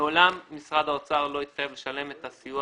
מעולם משרד האוצר לא התחייב לשלם את הסיוע